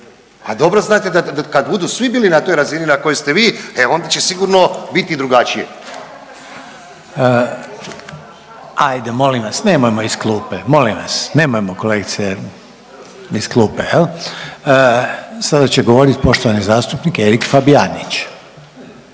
A dobro znate da kad budu svi bili na toj razini na kojoj ste vi, e onda će sigurno biti drugačije. **Reiner, Željko (HDZ)** Ajde molim vas, nemojmo iz klupe. Molim vas, nemojmo, kolegice iz klupe, je li? Sada će govoriti poštovani zastupnik Erik Fabijanić.